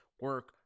Work